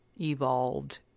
evolved